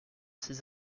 ses